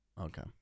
Okay